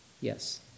Yes